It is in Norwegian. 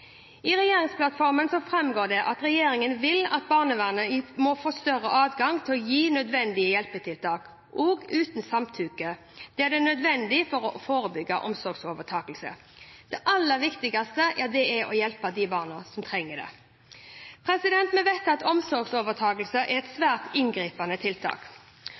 I regjeringsplattformen framgår det at regjeringen vil at barnevernet må få større adgang til å gi nødvendige hjelpetiltak, også uten samtykke, der det er nødvendig for å forebygge omsorgsovertakelse. Det aller viktigste er å hjelpe de barna som trenger det. Vi vet at omsorgsovertakelse er et svært inngripende tiltak.